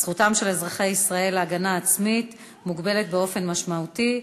בנושא: זכותם של אזרחי ישראל להגנה עצמית מוגבלת באופן משמעותי,